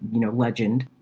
you know, legend.